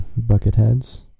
Bucketheads